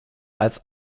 als